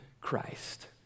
christ